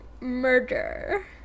murder